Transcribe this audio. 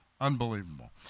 Unbelievable